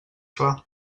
clar